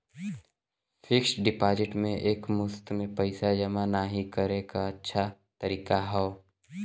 fixed deposit में एक मुश्त में पइसा जमा नाहीं करे क अच्छा तरीका हौ